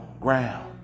ground